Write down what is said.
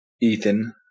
ethan